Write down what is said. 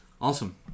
Awesome